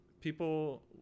people